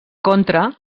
contra